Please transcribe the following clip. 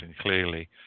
clearly